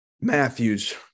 matthews